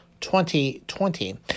2020